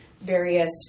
various